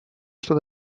что